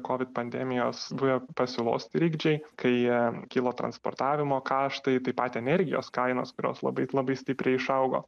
covid pandemijos buvę pasiūlos trikdžiai kai kilo transportavimo kaštai taip pat energijos kainos kurios labai labai stipriai išaugo